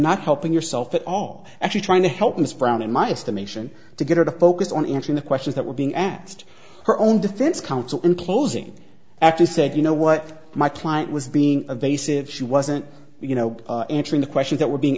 not helping yourself at all actually trying to help miss brown in my estimation to get her to focus on answering the questions that were being asked her own defense counsel in closing actually said you know what my client was being evasive she wasn't you know answering the questions that were being